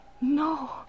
No